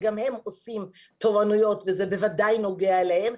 גם הם עושים תורנויות וזה בוודאי נוגע אליהם,